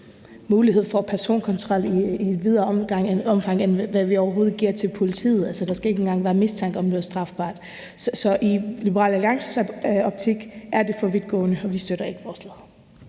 mulighed for personkontrol i et videre omfang, end hvad vi overhovedet giver til politiet. Altså, der skal ikke engang være mistanke om noget strafbart. Så i Liberal Alliances optik er det for vidtgående, og vi støtter ikke forslaget.